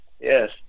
Yes